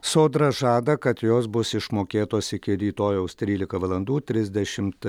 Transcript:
sodra žada kad jos bus išmokėtos iki rytojaus trylika valandų trisdešimt